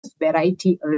variety